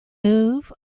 move